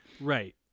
right